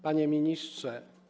Panie Ministrze!